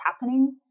happening